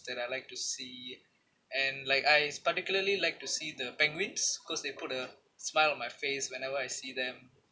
that I like to see and like I particularly like to see the penguins because they put a smile on my face whenever I see them